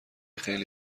خیلی